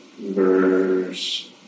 verse